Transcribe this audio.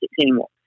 anymore